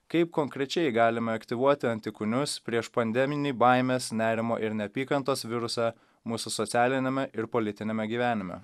kaip konkrečiai galime aktyvuoti antikūnius prieš pandeminį baimės nerimo ir neapykantos virusą mūsų socialiniame ir politiniame gyvenime